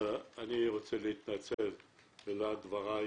אני רוצה להתנצל, בלהט דבריי